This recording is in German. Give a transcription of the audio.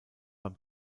beim